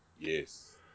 Yes